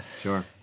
sure